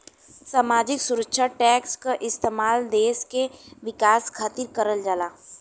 सामाजिक सुरक्षा टैक्स क इस्तेमाल देश के विकास खातिर करल जाला